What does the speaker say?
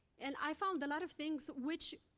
and i found a lot of things which,